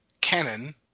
Canon